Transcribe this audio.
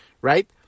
right